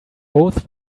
both